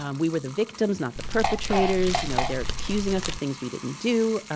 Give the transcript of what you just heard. um we were the victims, not the perpetrators, you know they're accusing us of things we didn't do.